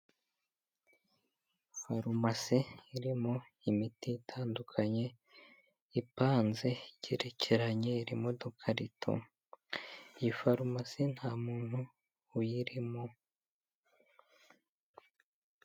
Farumasi irimo imiti itandukanye ipanze igerekeranye iri mudurito, iyi farumasi nta muntu uyirimo.